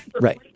Right